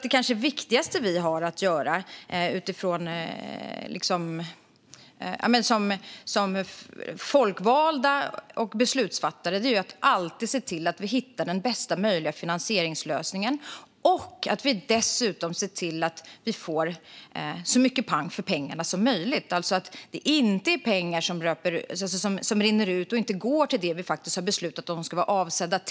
Det kanske viktigaste som vi har att göra som folkvalda och beslutsfattare är att alltid se till att vi hittar den bästa möjliga finansieringslösningen och dessutom ser till att vi får så mycket pang för pengarna som möjligt, alltså att det inte är pengar som rinner ut och inte går till det som vi faktiskt har beslutat att de är avsedda för.